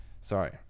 sorry